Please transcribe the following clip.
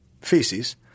feces